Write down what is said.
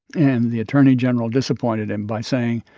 and the attorney general disappointed him by saying,